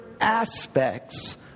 aspects